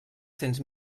cents